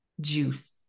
juice